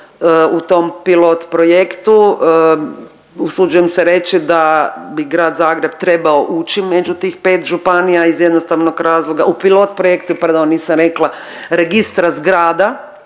u tom pilot projektu, usuđujem se reći da bi Grad Zagreb trebao ući među tih 5 županija iz jednostavnog razloga u pilot projektu, pardon nisam rekla, registra zgrada